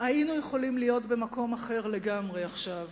היינו יכולים להיות במקום אחר לגמרי עכשיו